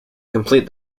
complete